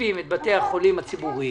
מתקצבים את בתי החולים הציבוריים,